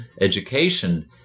education